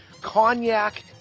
Cognac